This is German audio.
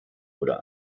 oder